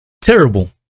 terrible